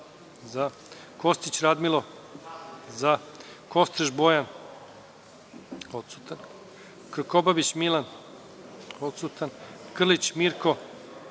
zaKostić Radmilo – zaKostreš Bojan – odsutanKrkobabić Milan – odsutanKrlić Mirko